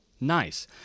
Nice